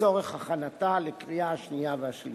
לצורך הכנתה לקריאה השנייה והשלישית.